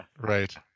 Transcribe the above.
right